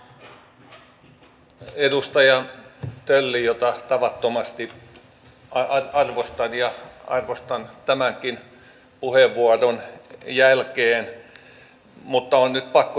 edustaja töllille jota tavattomasti arvostan ja arvostan tämänkin puheenvuoron jälkeen on nyt pakko todeta